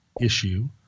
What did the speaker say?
issue